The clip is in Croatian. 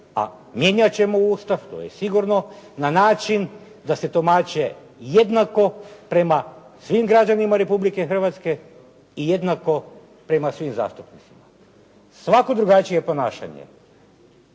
a mijenjat ćemo Ustav, to je sigurno, na način da se tumače jednako prema svim građanima Republike Hrvatske i jednako prema svim zastupnicima. Svako drugačije ponašanje,